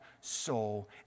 soul